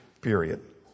period